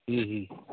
हूं हूं